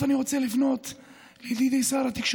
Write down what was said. תודה.